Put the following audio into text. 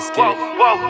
whoa